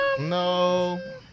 No